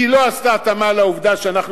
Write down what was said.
היא לא עשתה התאמה לעובדה שאנחנו